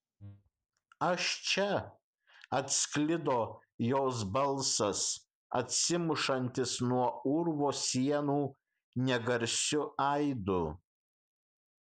aš čia atsklido jos balsas atsimušantis nuo urvo sienų negarsiu aidu